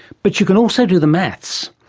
but you can also do the maths.